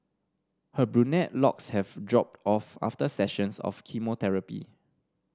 her brunette locks have dropped off after sessions of chemotherapy